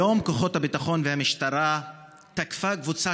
היום כוחות הביטחון והמשטרה תקפו קבוצה